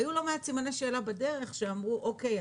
היו לא מעט סימני שאלה בדרך שאמרו אוקיי,